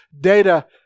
data